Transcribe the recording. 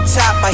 top